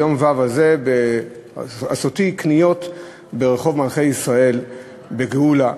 בעשותי קניות ברחוב מלכי-ישראל בגאולה,